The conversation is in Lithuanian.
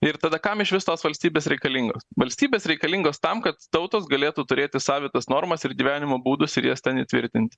ir tada kam išvis tos valstybės reikalingos valstybės reikalingos tam kad tautos galėtų turėti savitas normas ir gyvenimo būdus ir jas ten įtvirtinti